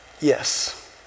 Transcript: Yes